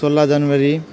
सोह्र जनवरी